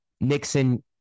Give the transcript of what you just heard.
Nixon